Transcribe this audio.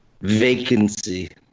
Vacancy